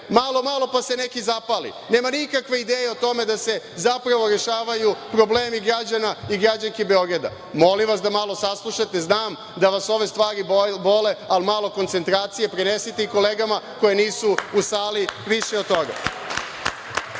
Malo, malo pa se neki zapali. Nema nikakve ideje o tome da se zapravo rešavaju problemi građana i građanki Beograda. Molim vas da malo saslušate, znam da vas ove stvari bole, ali malo koncentracije. Prenesite i kolegama koje nisu u sali, više o tome.Za